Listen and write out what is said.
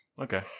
Okay